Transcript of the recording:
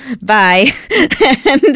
Bye